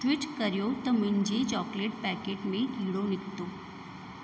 tweet करियो त मुंहिंजे चॉकलेट पेकेट में कीड़ो निकितो